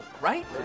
right